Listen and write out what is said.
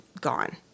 gone